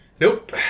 Nope